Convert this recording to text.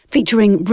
Featuring